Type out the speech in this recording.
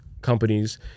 companies